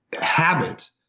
habit